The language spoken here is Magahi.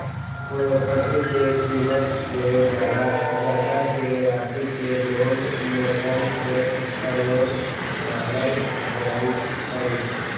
पोरपटी के कीमत से जादा के राशि के लोन मोर्गज में फरौड मानल जाई छई